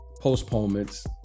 postponements